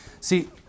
See